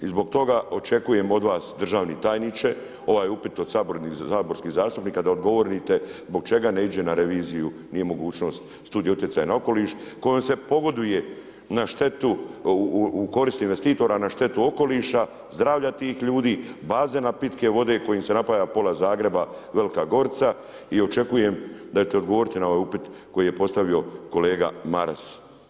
I zbog toga očekujem od vas državni tajniče ovaj upit od saborskih zastupnika da odgovorite zbog čega ne iđe na reviziju nije mogućnost Studija utjecaja na okoliš kojom se pogoduje u korist investitora na štetu okoliša, zdravlja tih ljudi, bazena pitke vode kojim se napaja pola Zagreba, Velika Gorica i očekujem da ćete odgovoriti na ovaj upit koji je postavio kolega Maras.